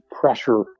pressure